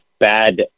bad